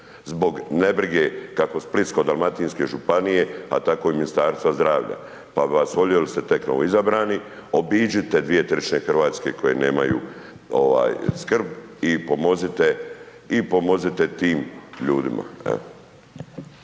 zbog nebrige kako Splitsko-dalmatinske županije a tako i Ministarstva zdravlja. Pa bih vas molio, jer ste tek novoizabrani obiđite 2/3 RH koje nemaju skrb i pomozite tim ljudima,